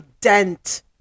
dent